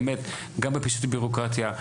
גם בפישוט הבירוקרטיה,